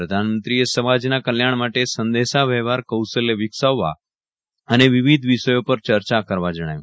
પ્રધાનમંત્રીએ સમાજના કલ્યાણ માટે સંદેશાવ્યવહાર કૌશલ્ય વિકસાવવા અને વિવિધ વિષયો પર ચર્ચા કરવા જણાવ્યું